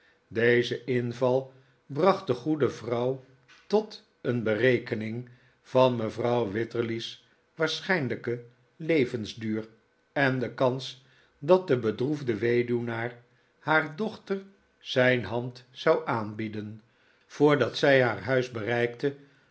deze inval bracht de goede vrouw tot een berekening van mevrouw wititterly's waarschijnlijken levensduur en de kans dat de bedroefde weduwnaar haar dochter zijn hand zou aanbieden voordat zij haar huis bereikte